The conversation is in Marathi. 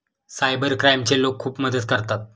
सायबर क्राईमचे लोक खूप मदत करतात